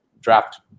draft